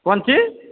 कोन चीज